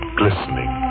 glistening